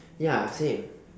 ya same